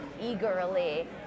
eagerly